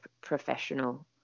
professional